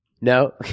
no